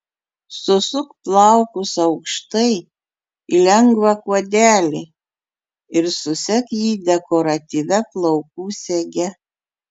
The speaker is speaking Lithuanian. susuk plaukus aukštai į lengvą kuodelį ir susek jį dekoratyvia plaukų sege